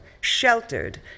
Sheltered